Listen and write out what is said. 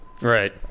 Right